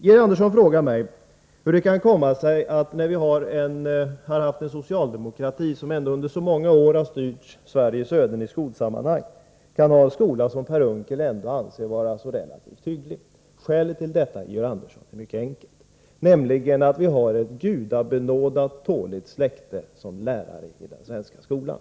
Georg Andersson frågar mig hur det kan komma sig att vi, när vi har haft en socialdemokrati som under så många år har styrt Sveriges öden i skolsammanhang, kan ha en skola som Per Unckel ändå anser vara relativt hygglig. Skälet till detta, Georg Andersson, är mycket enkelt, nämligen att vi har ett gudabenådat tåligt släkte som lärare i den svenska skolan.